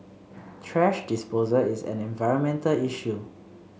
thrash disposal is an environmental issue